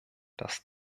das